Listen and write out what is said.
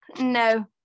no